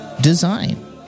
design